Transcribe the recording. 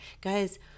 guys